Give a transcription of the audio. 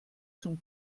zum